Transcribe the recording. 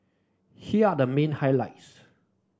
here are the main highlights